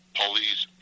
police